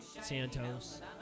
Santos